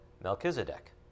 Melchizedek